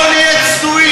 בוא נהיה צנועים.